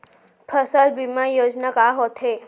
फसल बीमा योजना का होथे?